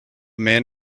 man